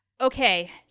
Okay